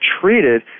treated